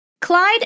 Clyde